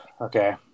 okay